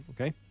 okay